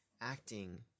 acting